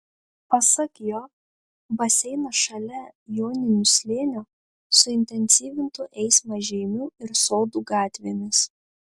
pasak jo baseinas šalia joninių slėnio suintensyvintų eismą žeimių ir sodų gatvėmis